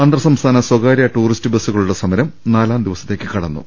അന്തർ സംസ്ഥാന സ്വകാര്യ ടൂറിസ്റ്റ് ബസ്സുകളുടെ സമരം നാലാം ദിവസത്തേക്ക് കടന്നു